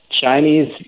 Chinese